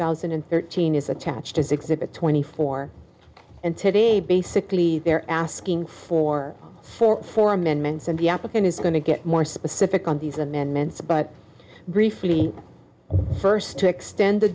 thousand and thirteen is attached as exhibit twenty four and today basically they're asking for four four amendments and the applicant is going to get more specific on these amendments but briefly first to extend the